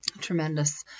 Tremendous